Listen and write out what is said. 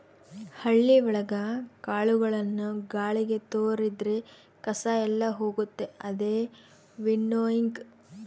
ಹಳ್ಳಿ ಒಳಗ ಕಾಳುಗಳನ್ನು ಗಾಳಿಗೆ ತೋರಿದ್ರೆ ಕಸ ಎಲ್ಲ ಹೋಗುತ್ತೆ ಅದೇ ವಿನ್ನೋಯಿಂಗ್